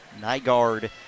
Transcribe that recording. Nygaard